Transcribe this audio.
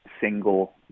single